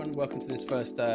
and welcome to this first, ah,